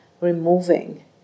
removing